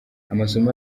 amasomo